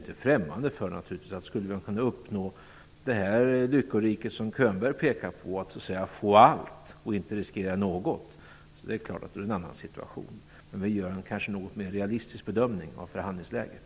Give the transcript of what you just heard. Skulle man kunna uppnå det lyckorike som Bo Könberg pekar på, där man får allt och inte riskerar något, då är det klart att det är en annan situation, men vi gör en kanske något mer realistisk bedömning av förhandlingsläget.